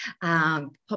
Pop